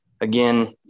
again